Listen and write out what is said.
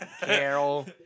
Carol